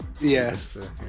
Yes